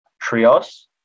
Trios